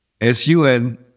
S-U-N